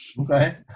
Okay